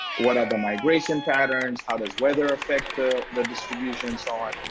what are the migration patterns, how does weather affect the the distribution and so on.